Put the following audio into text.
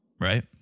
right